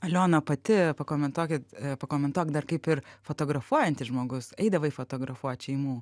aliona pati pakomentuokit pakomentuok dar kaip ir fotografuojantis žmogus eidavai fotografuot šeimų